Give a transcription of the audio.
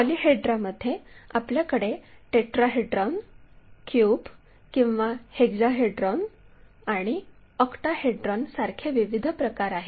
पॉलिहेड्रामध्ये आपल्याकडे tetrahedron cube किंवा hexahedron आणि ऑक्टाहेड्रॉन सारखे विविध प्रकार आहेत